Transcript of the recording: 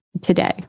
today